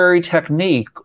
technique